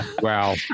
wow